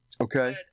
Okay